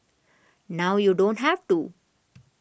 now you don't have to